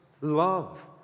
love